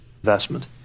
Investment